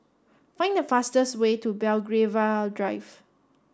find the fastest way to Belgravia Drive